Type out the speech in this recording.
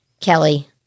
Kelly